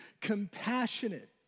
compassionate